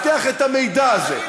וגם לא מסוגלת לאבטח את המידע הזה.